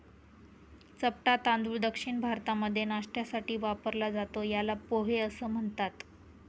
चपटा तांदूळ दक्षिण भारतामध्ये नाष्ट्यासाठी वापरला जातो, याला पोहे असं म्हणतात